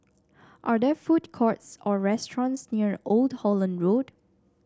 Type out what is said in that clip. are there food courts or restaurants near Old Holland Road